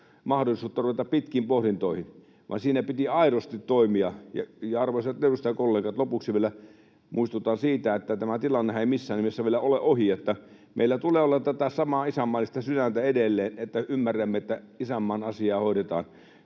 mahdollisuutta ruveta pitkiin pohdintoihin, vaan siinä piti aidosti toimia. Ja arvoisat edustajakollegat, lopuksi vielä muistutan siitä, että tämä tilannehan ei missään nimessä vielä ole ohi. Meillä tulee olla tätä samaa isänmaallista sydäntä edelleen, että ymmärrämme, että isänmaan asiaa hoidetaan.